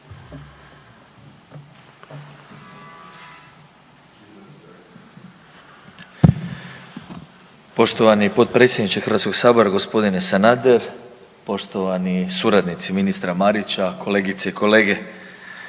Poštovani potpredsjedniče HS-a g. Sanader, poštovani suradnici ministra Marića, kolegice i kolege.